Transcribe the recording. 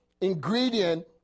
ingredient